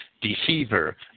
deceiver